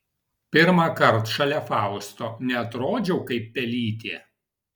pirmąkart šalia fausto neatrodžiau kaip pelytė